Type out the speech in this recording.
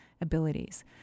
abilities